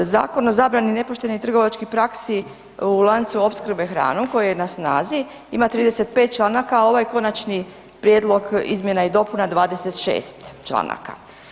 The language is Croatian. Zakon o zabrani nepoštenih trgovačkih praksi u lancu opskrbe hranom koji je na snazi ima 35 člana, a ovaj konačni prijedlog izmjena i dopuna 26 članaka.